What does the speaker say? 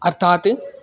अर्थात्